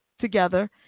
together